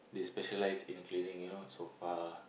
they specialise in cleaning you know sofa